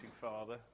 father